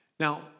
Now